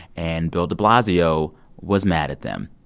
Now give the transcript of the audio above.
and bill de blasio was mad at them.